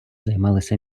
займалися